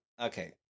okay